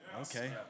Okay